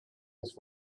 his